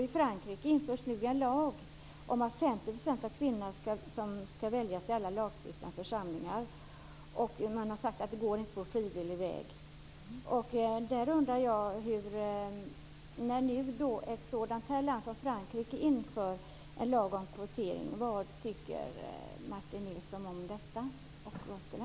I Frankrike införs nu en lag om att 50 % av dem som väljs till lagstiftande församlingar ska vara kvinnor. Man har sagt att det inte går på frivillig väg. Frankrike inför en lag om kvotering? Vad skulle han vilja göra?